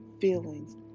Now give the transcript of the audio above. feelings